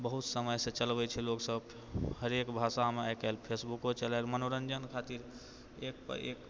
बहुत समयसँ चलबै छै लोक सभ हरेक भाषामे आइ काल्हि फेसबुको चलायल मनोरञ्जन खातिर एकपर एक